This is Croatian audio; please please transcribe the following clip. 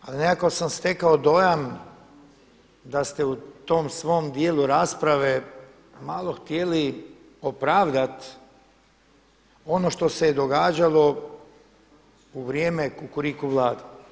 Ali nekako sam stekao dojam da ste u tom svom dijelu rasprave malo htjeli opravdati ono što se je događalo u vrijeme Kukuriku vlade.